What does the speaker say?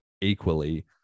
equally